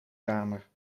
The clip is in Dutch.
kamer